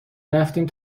رفتیم